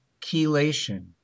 chelation